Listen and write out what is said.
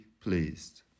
pleased